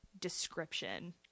description